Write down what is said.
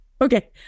Okay